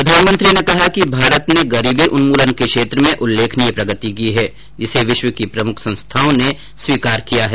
प्रधानमंत्री ने कहा कि भारत ने गरीबी उन्मूलन के क्षेत्र में उल्लेखनीय प्रगति की है जिसे विश्व की प्रमुख संस्थाओं ने स्वीकार भी किया है